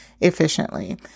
efficiently